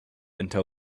until